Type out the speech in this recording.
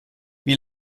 wie